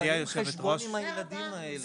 כשבאים חשבון עם הילדים האלה